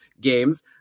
games